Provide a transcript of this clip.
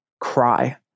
cry